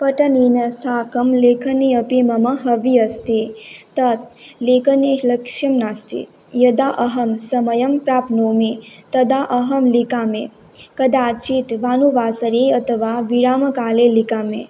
पठनेन साकं लेखने अपि मम हवि अस्ति तत् लेखने लक्ष्यं नास्ति यदा अहं समयं प्राप्नोमि तदा अहं लिखामि कदाचित् भानुवासरे अथवा विरामकाले लिखामि